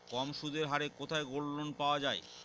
কম সুদের হারে কোথায় গোল্ডলোন পাওয়া য়ায়?